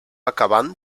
acabant